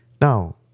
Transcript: Now